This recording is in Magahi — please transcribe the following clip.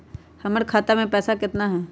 हमर खाता मे पैसा केतना है?